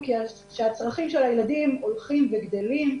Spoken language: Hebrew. שהצרכים של הילדים הולכים וגדלים,